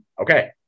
Okay